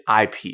IP